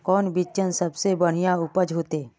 कौन बिचन सबसे बढ़िया उपज होते?